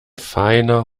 feiner